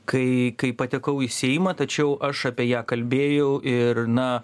kai kai patekau į seimą tačiau aš apie ją kalbėjau ir na